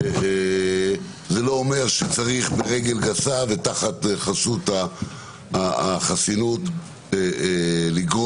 זה לא אומר שצריך ברגל גסה ותחת חסות החסינות לגרום